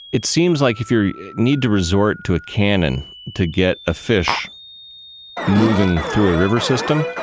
it seems like if you need to resort to a cannon to get a fish moving through a river system,